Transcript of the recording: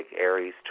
Aries